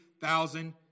thousand